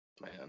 Man